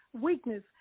weakness